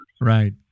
Right